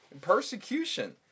persecution